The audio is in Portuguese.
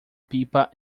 pipa